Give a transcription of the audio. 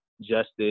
justice